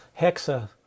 hexa